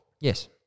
yes